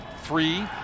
three